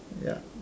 yup